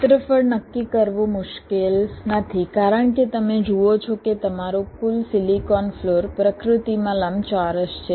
ક્ષેત્રફળ નક્કી કરવું મુશ્કેલ નથી કારણ કે તમે જુઓ છો કે તમારું કુલ સિલિકોન ફ્લોર પ્રકૃતિમાં લંબચોરસ છે